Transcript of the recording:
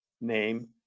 name